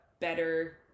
better